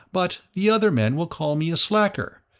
but the other men will call me a slacker.